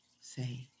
say